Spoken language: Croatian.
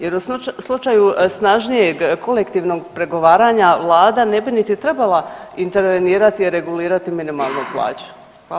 Jer u slučaju snažnijeg kolektivnog pregovaranja, Vlada ne bi niti trebala intervenirati i regulirati minimalnu plaću.